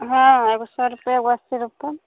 हँ एगो सौ रुपैए एगो अस्सी रुपैए